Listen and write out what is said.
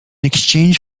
exchange